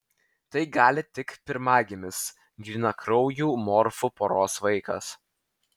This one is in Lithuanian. tai gali tik pirmagimis grynakraujų morfų poros vaikas